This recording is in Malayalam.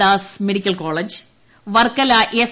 Das medical college Varkala S